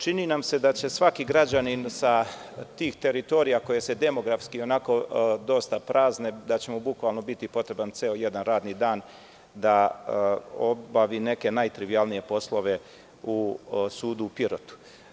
Čini nam se da će svaki građanin sa tih teritorija koje se demografski dosta prazne, da će mu bukvalno biti potreban ceo jedan radni dan da obavi neke najtrivijalnije poslove u sudu u Pirotu.